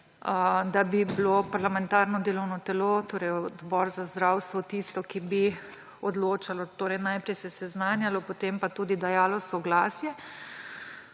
da bi bilo parlamentarno delovno telo, to je Odbor za zdravstvo, tisto, ki bi odločalo. Naprej bi se seznanjalo, potem pa bi tudi dajalo soglasje